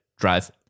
drive